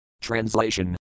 translation